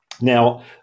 Now